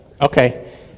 Okay